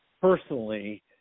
personally